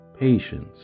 Patience